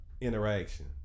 interaction